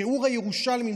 שיעור הירושלמים,